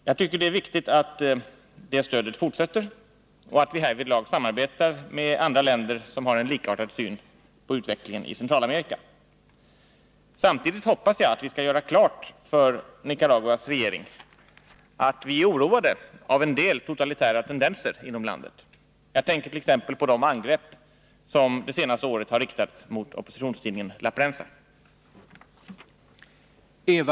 Jag tycker det är viktigt att det stödet fortsätter och att vi härvidlag samarbetar med andra länder som har en likartad syn på utvecklingen i Centralamerika. Samtidigt hoppas jag att vi skall göra klart för Nicaraguas regering att vi är oroade av en del totalitära tendenser inom landet. Jag tänker t.ex. på de angrepp som det senaste året har riktats mot oppositionstidningen La Prensa.